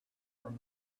from